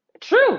true